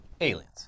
aliens